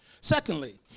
Secondly